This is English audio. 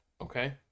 okay